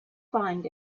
find